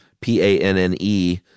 P-A-N-N-E